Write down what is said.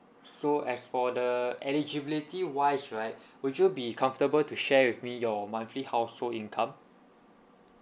so as for the eligibility wise right would you be comfortable to share with me your monthly household income